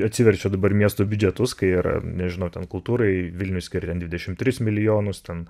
atsiverčiau dabar miesto biudžetus kai yra nežinau ten kultūrai vilniui skirti dvidešim trys milijonus ten